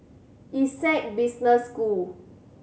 Essec Business School